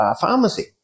pharmacy